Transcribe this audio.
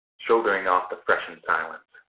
shouldering off the freshened silence.